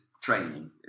training